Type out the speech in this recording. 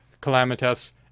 calamitous